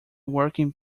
working